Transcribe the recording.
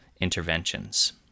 interventions